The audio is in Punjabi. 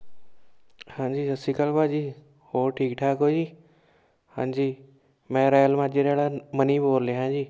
ਹਾਂਜੀ ਸਤਿ ਸ਼੍ਰੀ ਕਾਲ ਭਾਜੀ ਹੋਰ ਠੀਕ ਠਾਕ ਹੋ ਜੀ ਹਾਂਜੀ ਮੈਂ ਰੈਲ ਮਾਜਰੇ ਵਾਲ਼ਾ ਮਨੀ ਬੋਲ ਰਿਹਾਂ ਜੀ